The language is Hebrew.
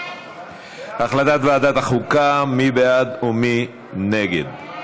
הצעת ועדת החוקה, מי בעד ומי נגד?